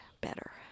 better